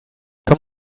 come